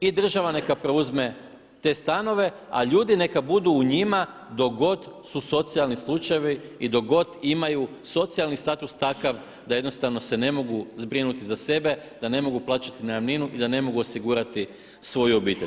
I država neka preuzme te stanove a ljudi neka budu u njima dok god su socijalni slučajevi i dok god imaju socijalni status takav da jednostavno se ne mogu zbrinuti za sebe, da ne mogu plaćati najamninu i da ne mogu osigurati svoju obitelj.